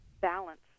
balance